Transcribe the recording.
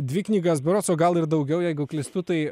dvi knygas berods o gal ir daugiau jeigu klystu tai